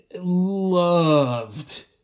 loved